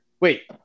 Wait